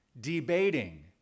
debating